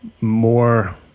more